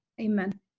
Amen